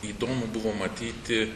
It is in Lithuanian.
įdomu buvo matyti